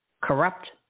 corrupt